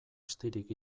astirik